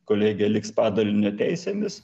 kolegija liks padalinio teisėmis